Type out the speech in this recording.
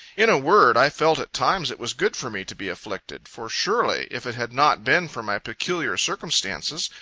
in a word, i felt at times it was good for me to be afflicted, for surely, if it had not been for my peculiar circumstances,